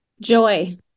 Joy